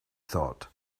thought